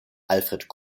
alfred